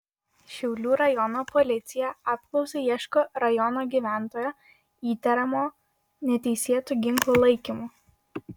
šiaulių rajono policija apklausai ieško rajono gyventojo įtariamo neteisėtu ginklu laikymu